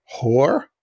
Whore